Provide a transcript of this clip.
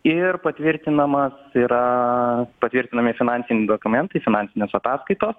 ir patvirtinamas yra patvirtinami finansiniai dokumentai finansinės ataskaitos